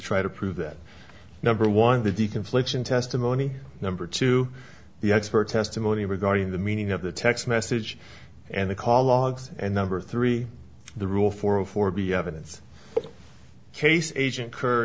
try to prove that number one the de confliction testimony number two the expert testimony regarding the meaning of the text message and the call logs and number three the rule for a four b evidence case agent k